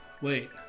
Wait